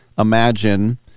Imagine